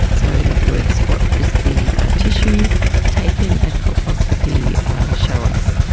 so in other words, what is the tissue taken, ah colposcopy show us.